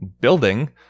building